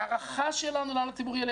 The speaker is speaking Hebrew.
הערכה שלנו לאן הציבור ילך,